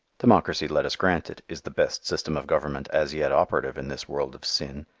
democracy, let us grant it, is the best system of government as yet operative in this world of sin.